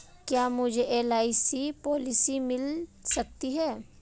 क्या मुझे LIC policy मिल सकती है?